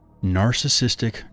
Narcissistic